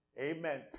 amen